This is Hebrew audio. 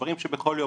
דברים שהם בכל יום,